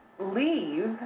leave